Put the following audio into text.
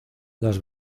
las